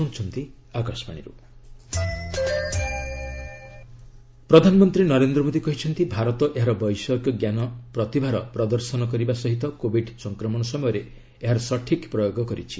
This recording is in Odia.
ପିଏମ୍ ନାସ୍କମ୍ ପ୍ରଧାନମନ୍ତ୍ରୀ ନରେନ୍ଦ୍ର ମୋଦୀ କହିଛନ୍ତି ଭାରତ ଏହାର ବୈଷୟିକଞ୍ଜାନ ପ୍ରତିଭାର ପ୍ରଦର୍ଶନ କରିବା ସହ କୋବିଡ୍ ସଂକ୍ରମଣ ସମୟରେ ଏହାର ସଠିକ ପ୍ରୟୋଗ କରିଛି